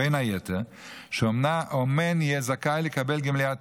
ובין היתר שאומן יהיה זכאי לקבל גמלת